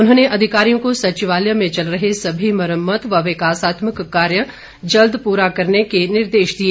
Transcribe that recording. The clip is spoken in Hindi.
उन्होंने अधिकारियों को सचिवालय में चल रहे सभी मुरम्मत व विकासात्मक कार्य जल्द प्रा करने के निर्देश दिए